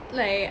like